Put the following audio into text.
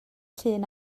llun